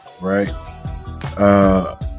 right